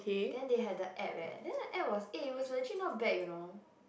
then they had the app eh then the app was eh was legit not bad you know